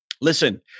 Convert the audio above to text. listen